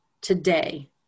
Today